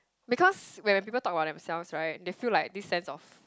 because when people talk about themselves right they feel like this sense of